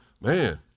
man